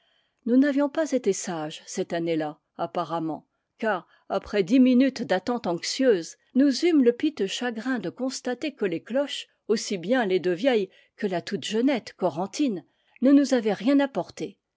nous n'avions pas été sages cette année-là apparemment car après dix minutes d'attente anxieuse nous eûmes le piteux chagrin de constater que les cloches aussi bien les deux vieilles que la toute jeunette corentine ne nous avaient rien apporté